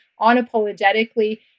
unapologetically